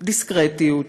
דיסקרטיות,